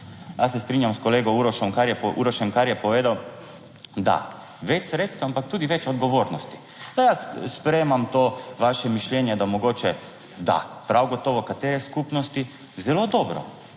Jaz se strinjam s kolegom Urošem, kar je povedal, da več sredstev, ampak tudi več odgovornosti. Jaz sprejemam to vaše mišljenje. Da mogoče da, prav gotovo katere skupnosti zelo dobro